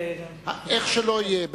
איך שלא יהיה,